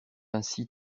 ainsi